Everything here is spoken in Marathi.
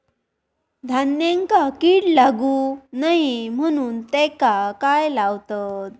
धान्यांका कीड लागू नये म्हणून त्याका काय लावतत?